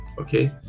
Okay